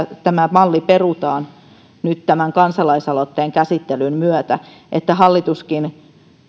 että tämä malli perutaan nyt tämän kansalaisaloitteen käsittelyn myötä ja että hallituskin